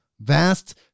vast